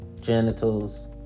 genitals